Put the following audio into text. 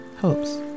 hopes